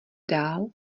dál